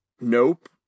Nope